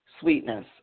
sweetness